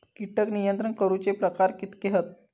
कीटक नियंत्रण करूचे प्रकार कितके हत?